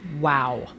Wow